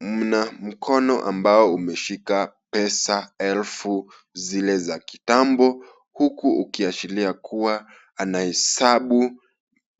Mna mkono ambao umeshika pesa elfu zile za kitambo huku ukiashiria kuwa anahesabu